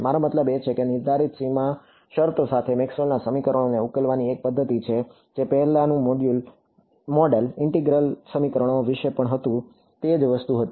મારો મતલબ છે કે તે નિર્ધારિત સીમા શરતો સાથે મેક્સવેલના સમીકરણોને ઉકેલવાની એક પદ્ધતિ છે જે પહેલાનું મોડેલ ઇન્ટેગ્રલ સમીકરણો વિશે પણ હતું તે જ વસ્તુ હતી